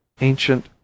ancient